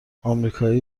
آمریکایی